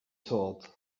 thought